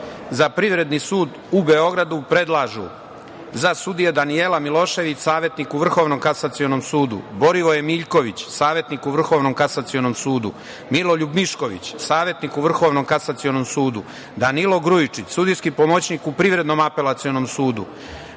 za Privredni sud u Beogradu predlažu za sudije: Danijela Milošević, savetnik u Vrhovnom kasacionom sudu, Borivoje Miljković, savetnik u Vrhovnom kasacionom sudu, Miloljub Mišković, savetnik u Vrhovnom kasacionom sudu, Danilo Grujičić, sudijski pomoćnik u Privrednom apelacionom sudu,